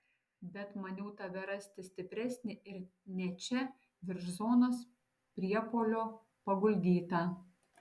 bet maniau tave rasti stipresnį ir ne čia virš zonos priepuolio paguldytą